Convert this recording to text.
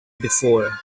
before